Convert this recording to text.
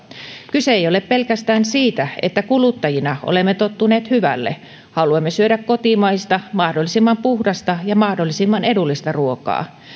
kyse ei ei ole pelkästään siitä että kuluttajina olemme tottuneet hyvälle haluamme syödä kotimaista mahdollisimman puhdasta ja mahdollisimman edullista ruokaa